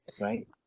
right